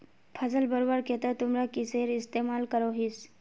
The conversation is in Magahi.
फसल बढ़वार केते तुमरा किसेर इस्तेमाल करोहिस?